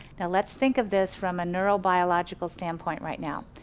now let's think of this from a neurobiological standpoint right now.